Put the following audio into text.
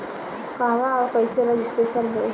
कहवा और कईसे रजिटेशन होई?